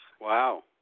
Wow